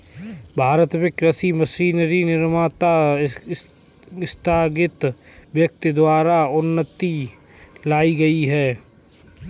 भारत में कृषि मशीनरी निर्माता स्थगित व्यक्ति द्वारा उन्नति लाई गई है